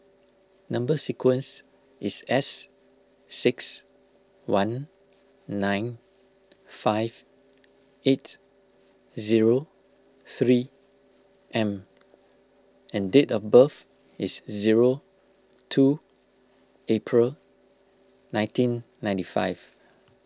Number Sequence is S six one nine five eight zero three M and date of birth is zero two April nineteen ninety five